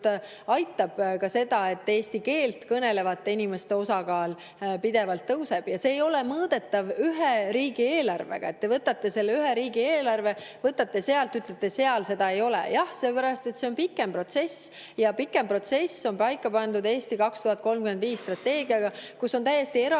aitab ka selle puhul, et eesti keelt kõnelevate inimeste osakaal pidevalt tõuseb. See ei ole mõõdetav ühe riigieelarvega. Te võtate selle ühe riigieelarve, võtate sealt, ütlete, seal seda ei ole. Jah, seepärast et see on pikem protsess. Pikem protsess on paika pandud "Eesti 2035" strateegiaga, kus on täiesti